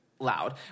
loud